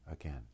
again